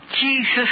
Jesus